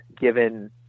given